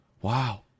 Wow